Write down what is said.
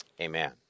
amen